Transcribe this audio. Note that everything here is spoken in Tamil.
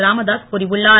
ராமதாஸ் கூறியுன்னார்